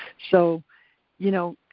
so you know,